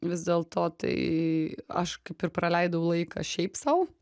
vis dėlto tai aš kaip ir praleidau laiką šiaip sau